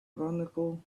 chronicle